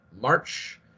March